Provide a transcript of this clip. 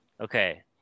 okay